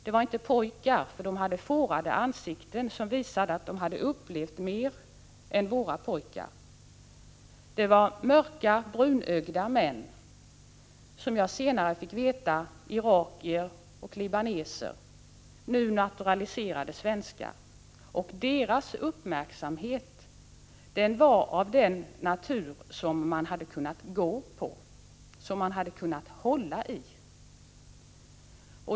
De var inte pojkar, eftersom de hade fårade ansikten som visade att de hade upplevt mer än våra pojkar. De var mörka, brunögda män. Senare fick jag veta att de var irakier och libaneser, nu naturaliserade svenskar. Deras uppmärksamhet var av den natur som man hade kunnat gå på och hålla i.